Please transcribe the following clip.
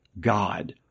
God